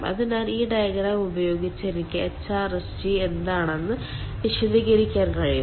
അതിനാൽ ഈ ഡയഗ്രം ഉപയോഗിച്ച് എനിക്ക് HRSG എന്താണെന്ന് വിശദീകരിക്കാൻ കഴിയും